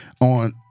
on